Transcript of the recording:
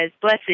blessed